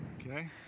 Okay